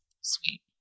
Sweet